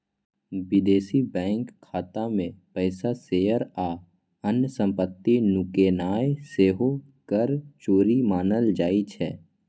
विदेशी बैंक खाता मे पैसा, शेयर आ अन्य संपत्ति नुकेनाय सेहो कर चोरी मानल जाइ छै